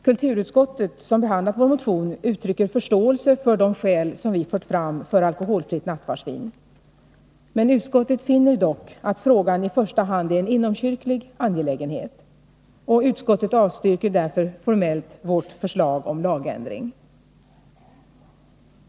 Kulturutskottet, som behandlat vår motion, uttrycker förståelse för de skäl som vi fört fram för alkoholfritt nattvardsvin. Utskottet finner dock att frågan i första hand är en inomkyrklig angelägenhet. Utskottet avstyrker därför formellt vårt förslag om lagändring.